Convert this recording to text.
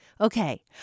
Okay